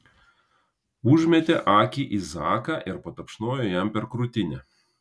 užmetė akį į zaką ir patapšnojo jam per krūtinę